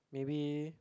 maybe